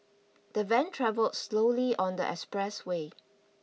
the van travel slowly on the expressway